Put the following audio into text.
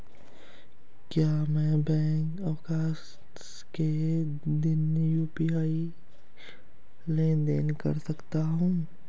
क्या मैं बैंक अवकाश के दिन यू.पी.आई लेनदेन कर सकता हूँ?